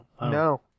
No